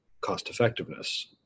cost-effectiveness